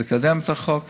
לקדם את החוק.